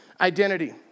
identity